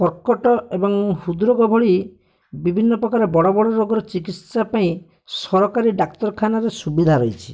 କର୍କଟ ଏବଂ ହୃଦରୋଗ ଭଳି ବିଭିନ୍ନ ପ୍ରକାର ବଡ଼ ବଡ଼ ରୋଗର ଚିକିତ୍ସାପାଇଁ ସରକାରୀ ଡ଼ାକ୍ତରଖାନାର ସୁବିଧା ରହିଛି